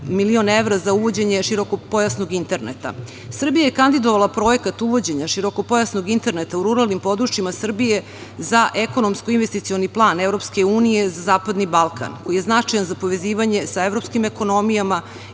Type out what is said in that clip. miliona evra za uvođenje širokopojasnog interneta. Srbija je kandidovala projekat uvođenja širokopojasnog interneta u ruralnim područjima Srbije za ekonomski investicioni plan EU za zapadni Balkan, koji je značajan za povezivanje sa evropskim ekonomija